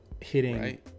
hitting